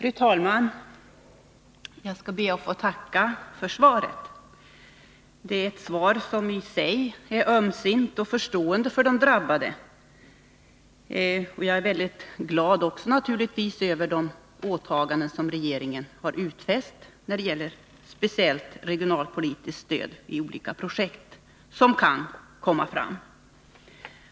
Fru talman! Jag skall be att få tacka för svaret. Det är ett svar som i sig är ömsint och uttrycker förståelse för de drabbade. Och jag är naturligtvis mycket glad över de åtaganden som regeringen har utfäst när det gäller speciellt regionalpolitiskt stöd för olika projekt som kan komma fram.